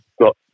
got